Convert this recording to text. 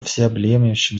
всеобъемлющем